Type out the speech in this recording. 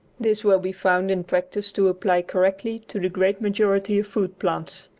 this will be found in practice to apply correctly to the great majority of food plants.